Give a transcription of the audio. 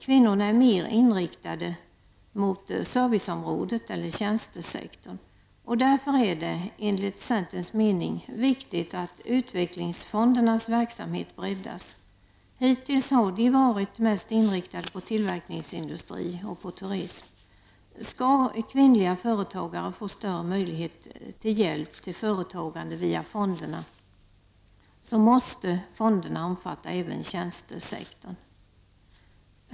Kvinnorna är mer inriktade mot serviceområdet eller tjänstesektorn. Därför är det, enligt centerns mening, viktigt att utvecklingsfondernas verksamhet breddas. Hittills har de varit mest inriktade på tillverkningsindustri och turism. Skall kvinnliga företagare få större möjlighet till hjälp till företagande via fonderna måste fonderna omfatta även tjänstesektorn.